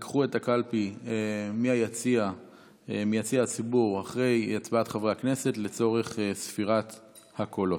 לקחו את הקלפי מיציע הציבור אחרי הצבעת חברי הכנסת לצורך ספירת הקולות.